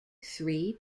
three